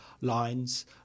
lines